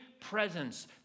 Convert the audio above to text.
presence